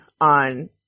on